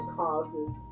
causes